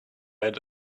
read